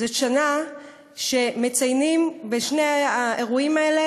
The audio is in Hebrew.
היא שנה שמציינים בשני האירועים האלה